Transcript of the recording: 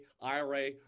IRA